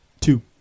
Two